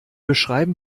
beschreiben